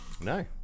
No